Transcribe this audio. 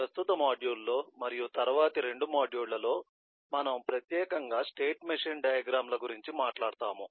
ప్రస్తుత మాడ్యూల్లో మరియు తరువాతి 2 మోడళ్ల లో మనము ప్రత్యేకంగా స్టేట్ మెషిన్ డయాగ్రమ్ ల గురించి మాట్లాడుతాము